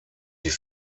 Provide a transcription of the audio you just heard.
die